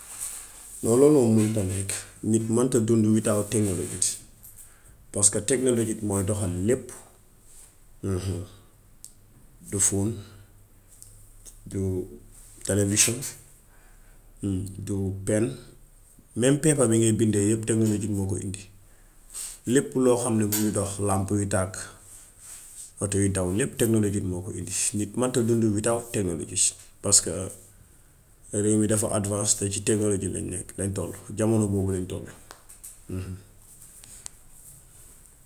Non lool moom mënta nekk. Nit mënta dunda witout technology paska technology mooy doxal lépp du fun, du televison, du pen, meme paper bi ngay bind yépp technology moo ko undi. Lépp loo xam ni mingi dox làmp yu tàkk, oto yu daw lépp technology bi moo ko undi. Nit mënta dundu witout technology paska réew mi dafa advance, te ci technology bi lañ nekk lañ tollu. Jamano boobu lañ tollu.